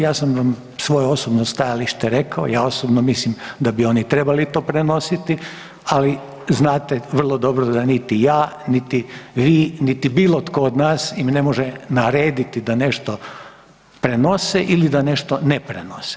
Ja sam vam svoje osobno stajalište rekao, ja osobno mislim da bi oni trebali to prenositi, ali znate vrlo dobro da niti ja, niti vi, niti bilo tko od nas im ne može narediti da nešto prenose ili da nešto ne prenose.